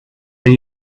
and